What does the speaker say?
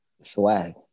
Swag